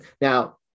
Now